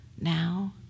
now